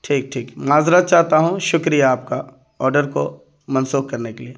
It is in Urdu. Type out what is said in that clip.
ٹھیک ٹھیک معذرت چاہتا ہوں شکریہ آپ کا آرڈر کو منسوخ کرنے کے لیے